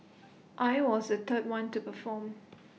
I was the third one to perform